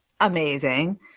amazing